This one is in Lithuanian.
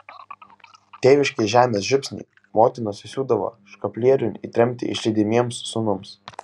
tėviškės žemės žiupsnį motinos įsiūdavo škaplieriun į tremtį išlydimiems sūnums